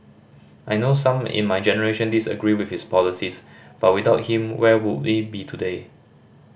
I know some in my generation disagree with his policies but without him where would we be today